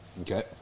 Okay